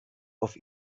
auf